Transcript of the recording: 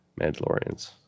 Mandalorians